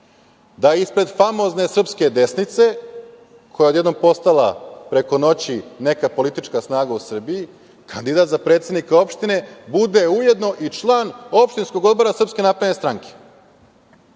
da ispred famozne Srpske desnice, koja je odjednom postala preko noći neka politička snaga u Srbiji, kandidat za predsednika opštine bude ujedno i član opštinskog odbora SNS. Da ne